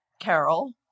Carol